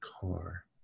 car